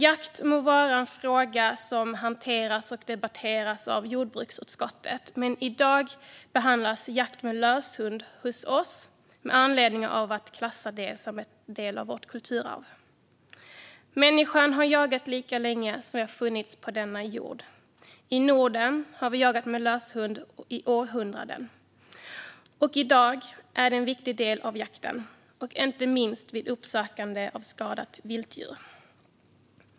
Jakt må vara en fråga som hanteras och debatteras av miljö och jordbruksutskottet, men i dag behandlas jakt med löshund hos oss med anledning av frågan om att klassa det som en del av vårt kulturarv. Människan har jagat lika länge som vi funnits på denna jord. I Norden har vi jagat med lös hund i århundraden. I dag är det en viktig del av jakten, inte minst vid uppsökande av skadat vilddjur.